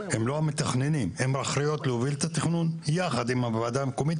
הם לא המתכננים אלא הן אחראיות להוביל את התכנון יחד עם הוועדה המקומית,